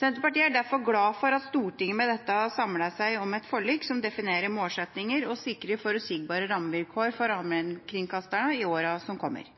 Senterpartiet er derfor glad for at Stortinget med dette har samlet seg om et forlik som definerer målsettinger og sikrer forutsigbare rammevilkår for allmenkringkasterne i årene som kommer.